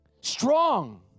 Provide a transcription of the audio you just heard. strong